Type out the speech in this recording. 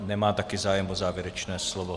Nemá taky zájem o závěrečné slovo.